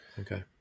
Okay